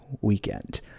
weekend